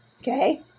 Okay